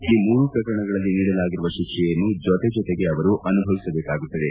ಈ ಮೂರೂ ಪ್ರಕರಣಗಳಲ್ಲಿ ನೀಡಲಾಗಿರುವ ಶಿಕ್ಷೆಯನ್ನು ಜೊತೆಜೊತೆಗೇ ಅನುಭವಿಸಬೇಕಾಗುತ್ತದೆ